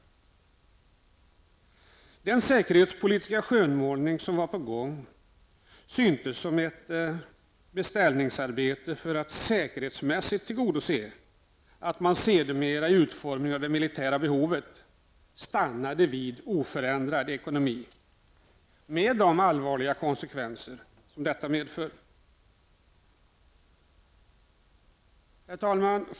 Den säkerhetspolitiska skönmålning som var på gång verkade vara ett beställningsarbete för att man säkerhetsmässigt skulle tillgodose att man sedermera vid utformningen av det militära behovet skulle stanna vid oförändrad ekonomi, med de allvarliga konsekvenser detta medför. Herr talman!